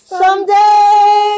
someday